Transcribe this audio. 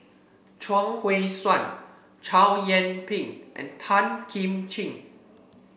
Chuang Hui Tsuan Chow Yian Ping and Tan Kim Ching